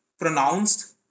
pronounced